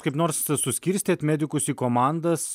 kaip nors suskirstėt medikus į komandas